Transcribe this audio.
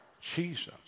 Jesus